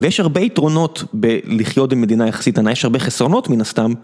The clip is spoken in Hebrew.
ויש הרבה יתרונות בלחיות במדינה יחסית קטנה, אך יש הרבה חסרונות מן הסתם.